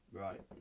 Right